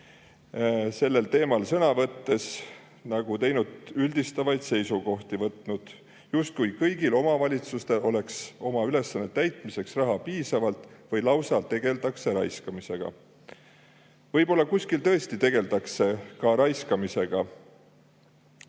sellel teemal sõna võttes üldistavaid seisukohti võtnud, justkui kõigil omavalitsustel oleks oma ülesannete täitmiseks raha piisavalt või lausa tegeldaks raiskamisega. Võib-olla kuskil tõesti tegeldakse ka raiskamisega,